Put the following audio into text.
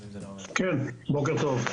כן, בוקר טוב.